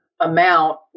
amount